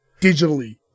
digitally